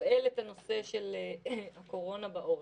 שיתפעל את הנושא של הקורונה בעורף?